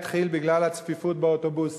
התחילה בגלל הצפיפות באוטובוסים.